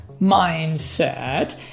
Mindset